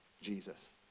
Jesus